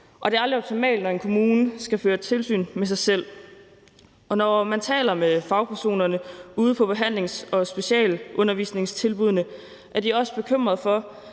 Og det er aldrig optimalt, når en kommune skal føre tilsyn med sig selv. Når man taler med fagpersonerne ude på behandlings- og specialundervisningstilbuddene, er de også bekymret for,